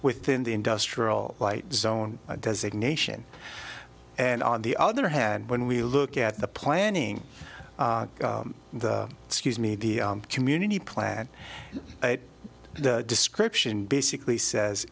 within the industrial light zone does it nation and on the other hand when we look at the planning the excuse me the community plan the description basically says